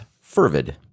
fervid